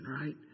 Right